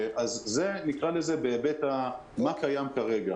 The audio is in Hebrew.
נקרא לזה בהיבט של מה שקיים כרגע.